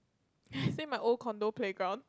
i say my old condo playground